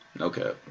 Okay